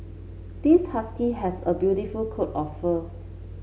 this husky has a beautiful coat of fur